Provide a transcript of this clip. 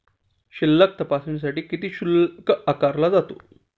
शिल्लक तपासण्यासाठी किती शुल्क आकारला जातो?